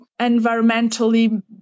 environmentally